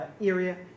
Area